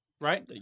right